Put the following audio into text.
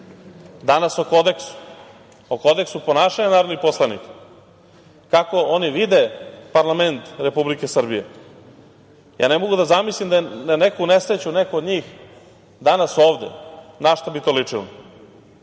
danas o kodeksu, o kodeksu ponašanja narodnih poslanika, kako oni vide parlament Republike Srbije. Ja ne mogu da zamislim da je na neku nesreću neko od njih danas ovde na šta bi to ličilo.